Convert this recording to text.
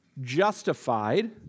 justified